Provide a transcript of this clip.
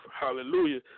Hallelujah